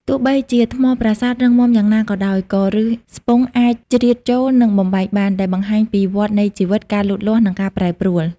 ទោះបីជាថ្មប្រាសាទរឹងមាំយ៉ាងណាក៏ដោយ ក៏ឫសស្ពង់អាចជ្រៀតចូល និងបំបែកបាន ដែលបង្ហាញពី វដ្តនៃជីវិត ការលូតលាស់ និងការប្រែប្រួល។។